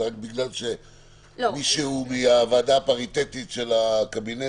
זה רק בגלל שמישהו מהוועדה הפריטטית של הקבינט